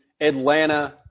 Atlanta